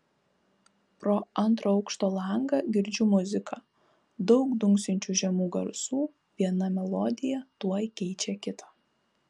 pro antro aukšto langą girdžiu muziką daug dunksinčių žemų garsų viena melodija tuoj keičia kitą